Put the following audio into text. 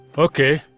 okay.